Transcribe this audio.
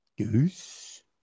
Goose